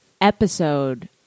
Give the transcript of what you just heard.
episode